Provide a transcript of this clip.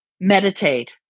meditate